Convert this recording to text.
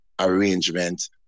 arrangement